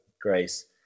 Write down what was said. Grace